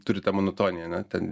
turi tą monotoniją na ten